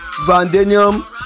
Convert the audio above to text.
vanadium